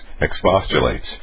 expostulates